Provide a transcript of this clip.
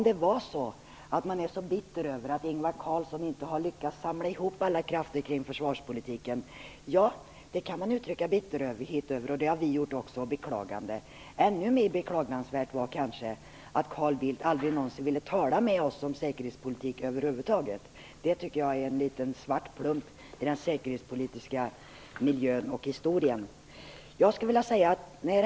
Nu är man bitter över att Ingvar Carlsson inte har lyckats samla ihop alla krafter kring försvarspolitiken. Ja, det kan man uttrycka bitterhet över, och det har vi gjort också och beklagat det. Ännu mer beklagansvärt var kanske att Carl Bildt aldrig ville tala med oss om säkerhetspolitik över huvud taget. Det tycker jag är en liten svart plump i den säkerhetspolitiska miljön och historien.